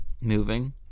Moving